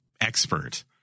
expert